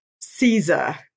caesar